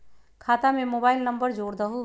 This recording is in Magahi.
खाता में मोबाइल नंबर जोड़ दहु?